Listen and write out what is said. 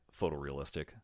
photorealistic